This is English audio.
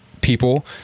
people